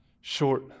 short